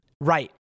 Right